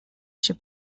się